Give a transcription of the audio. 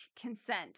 consent